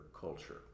culture